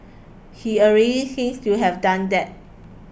he already seems to have done that